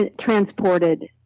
transported